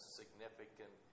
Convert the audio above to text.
significant